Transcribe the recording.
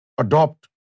Adopt